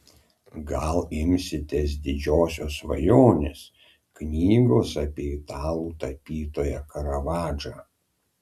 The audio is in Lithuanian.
gal imsitės didžiosios svajonės knygos apie italų tapytoją karavadžą